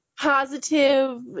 positive